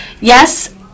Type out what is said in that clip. yes